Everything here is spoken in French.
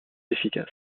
efficace